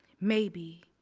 maybe,